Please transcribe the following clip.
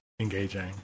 engaging